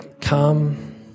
come